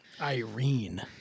Irene